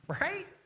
right